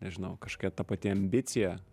nežinau kažkokia ta pati ambicija